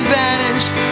vanished